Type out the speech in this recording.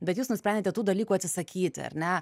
bet jūs nusprendėte tų dalykų atsisakyti ar ne